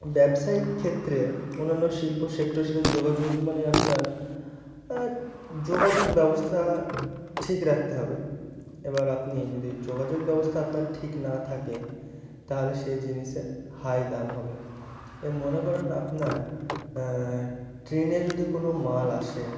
ব্যবসায়িক ক্ষেত্রে অন্যান্য শিল্প সেক্টরের সাথে যোগাযোগ মানে আপনার যোগাযোগ ব্যবস্থা ঠিক রাখতে হবে এবার আপনি যদি যোগাযোগ ব্যবস্থা আপনার ঠিক না থাকে তাহলে সেই জিনিসের হাই দাম হবে এ মনে করেন আপনার ট্রেনে যদি কোনো মাল আসে